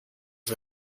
you